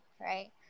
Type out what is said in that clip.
right